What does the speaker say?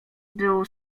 był